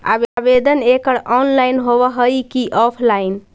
आवेदन एकड़ ऑनलाइन होव हइ की ऑफलाइन?